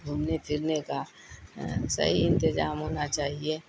گھومنے پھرنے کا صحیح انتظام ہونا چاہیے